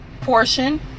portion